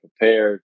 prepared